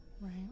Right